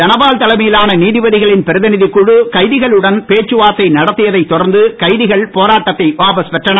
தனபால் தலைமையிலான நீதிபதிகளின் பிரதிநிதிக் குழு கைதிகளுடன் பேச்சுவார்த்தை நடத்தியதை தொடர்ந்து கைதிகள் போராட்டத்தை வாபஸ் பெற்றனர்